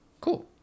cool